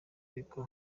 ariko